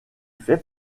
fait